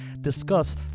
discuss